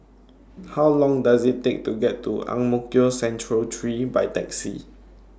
How Long Does IT Take to get to Ang Mo Kio Central three By Taxi